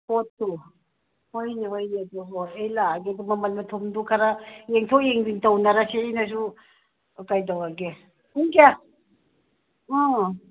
ꯄꯣꯠꯇꯨ ꯍꯣꯏꯅꯦ ꯍꯣꯏꯅꯦ ꯑꯗꯨ ꯍꯣꯏ ꯑꯩ ꯂꯥꯛꯑꯒꯦ ꯃꯃꯟ ꯃꯊꯨꯝꯗꯨ ꯈꯔ ꯌꯦꯡꯊꯣꯛ ꯌꯦꯡꯖꯤꯟ ꯇꯧꯅꯔꯁꯤ ꯑꯩꯅꯁꯨ ꯀꯩꯗꯧꯔꯒꯦ ꯄꯨꯡ ꯀꯌꯥ ꯑ